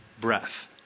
breath